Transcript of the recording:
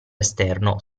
esterno